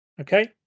Okay